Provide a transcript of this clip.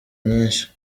nyinshi